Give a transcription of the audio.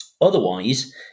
Otherwise